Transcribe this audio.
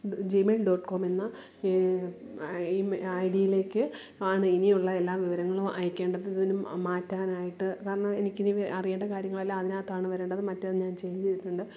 Gmail dot com എന്ന ഈ ഐ ഡിയിലേക്ക് ആണ് ഇനിയുള്ള എല്ലാ വിവരങ്ങളും അയക്കേണ്ടത് ഇതിനു മാറ്റാനായിട്ടു കാരണം എനിക്കിനി അറിയേണ്ട കാര്യങ്ങളെല്ലാം അതിനകത്താണ് വരേണ്ടത് മാറ്റം ഞാൻ ചെയ്തിട്ടുണ്ട്